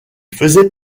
faisait